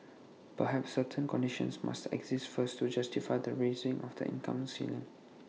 perhaps certain conditions must exist first to justify the raising of the income ceiling